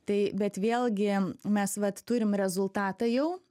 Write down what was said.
tai bet vėlgi mes vat turim rezultatą jau